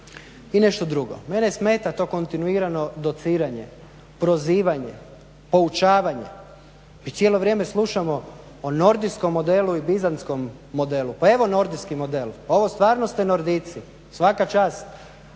i nešto drugo. Mene smeta to kontinuirano dociranje, prozivanje, poučavanje. Mi cijelo vrijeme slušamo o nordijskom modelu i bizantskom modelu. Pa evo nordijski model, ovo stvarno ste nordijci, svaka čast